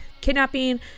kidnapping